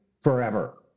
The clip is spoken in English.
forever